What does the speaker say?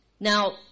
Now